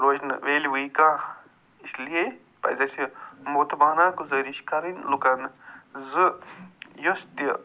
روزِ نہٕ وٮ۪لیوٗوٕے کانٛہہ اِس لیے پَزِ اَسہِ مودبانہ گُزٲرِش کَرٕنۍ لُکن زٕ یُس تہِ